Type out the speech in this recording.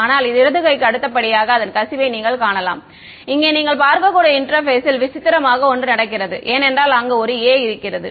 ஆனால் இடது கைக்கு அடுத்தபடியாக அதன் கசிவை நீங்கள் காணலாம் இங்கே நீங்கள் பார்க்கக்கூடிய இன்டெர்பேஸில் விசித்திரமாக ஒன்று நடக்கிறது ஏனென்றால் அங்கு ஒரு a இருக்கிறது